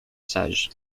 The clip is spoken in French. sage